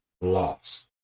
lost